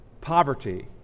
poverty